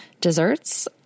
desserts